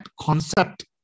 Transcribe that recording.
concept